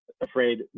Afraid